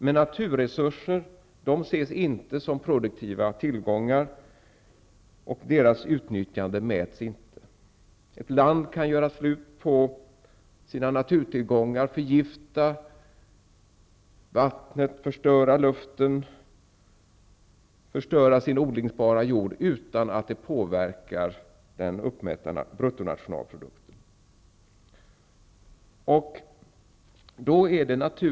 Men naturresurser ses inte som produktiva tillgångar, och deras utnyttjande mäts inte. Ett land kan göra slut på sina naturtillgångar, förgifta vattnet, förstöra luften och sin odlingsbara jord utan att det påverkar den uppmätta bruttonationalprodukten.